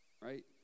right